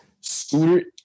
scooter